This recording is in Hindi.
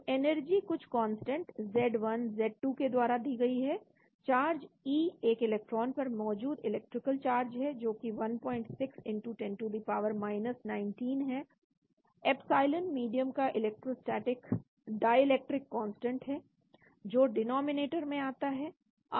तो एनर्जी कुछ कांस्टेंट z1 z2 के द्वारा दी गई है चार्ज e एक इलेक्ट्रॉन पर मौजूद इलेक्ट्रिकल चार्ज है जोकि 1610 की पावर 19 है एप्सइलैंन मीडियम का डाईइलेक्ट्रिक कांस्टेंट है जो डिनॉमिनेटर में आता है r डिस्टेंस या दूरी है